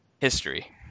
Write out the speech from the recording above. history